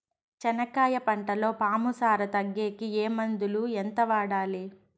చెనక్కాయ పంటలో పాము సార తగ్గేకి ఏ మందులు? ఎంత వాడాలి?